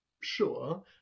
sure